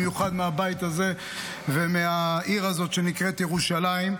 במיוחד מהבית הזה ומהעיר הזאת שנקראת ירושלים.